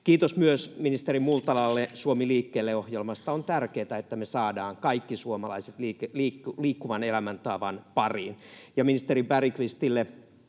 Kiitos myös ministeri Multalalle Suomi liikkeelle -ohjelmasta. On tärkeätä, että me saadaan kaikki suomalaiset liikkuvan elämäntavan pariin. Ja ministeri Bergqvistille: